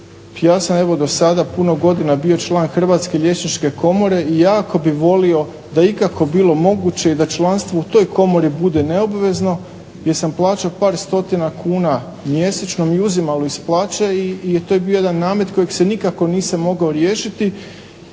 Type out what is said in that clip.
Ja sam evo do sada puno godina bio član Hrvatske liječničke komore i jako bih volio da je ikako bilo moguće i da članstvo u toj komori bude neobvezno jer sam plaćao par stotina kuna mjesečno mi uzimali iz plaće i to je bio jedan namet kojeg se nikako nisam mogao riješiti.